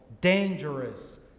dangerous